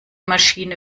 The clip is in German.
maschine